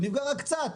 הוא נפגע רק קצת.